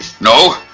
no